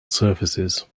surfaces